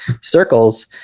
circles